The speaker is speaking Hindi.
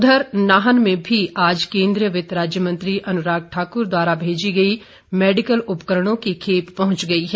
उधर नाहन में भी आज केंद्रीय वित्त राज्य मंत्री अनुराग ठाकुर द्वारा भेजी गई मेडिकल उपकरणों की खेप पहुंच गई है